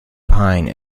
pine